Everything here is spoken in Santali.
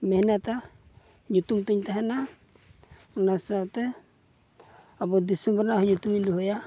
ᱢᱮᱦᱚᱱᱚᱛᱟ ᱧᱩᱛᱩᱢᱛᱤᱧ ᱛᱟᱦᱮᱱᱟ ᱚᱱᱟ ᱥᱟᱶᱛᱮ ᱟᱵᱚ ᱫᱤᱥᱚᱢ ᱨᱮᱱᱟᱜᱦᱚᱸ ᱧᱩᱛᱩᱢᱤᱧ ᱫᱚᱦᱚᱭᱟ